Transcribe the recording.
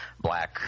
Black